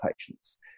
patients